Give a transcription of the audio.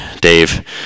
Dave